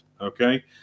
okay